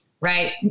Right